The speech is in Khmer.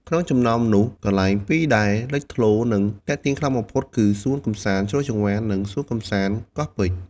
ក្នុងចំណោមនោះ កន្លែងពីរដែលលេចធ្លោរ និងទាក់ទាញខ្លាំងបំផុតគឺ សួនកម្សាន្តជ្រោយចង្វារ និង សួនកម្សាន្តកោះពេជ្រ។